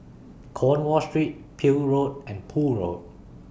Cornwall Street Peel Road and Poole Road